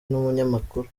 n’umunyamakuru